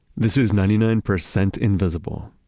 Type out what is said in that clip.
this is ninety nine percent invisible.